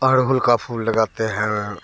अरहुल का फूल लगाते हैं